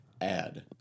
add